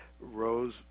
rose